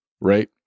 Right